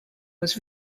was